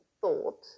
thought